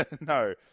no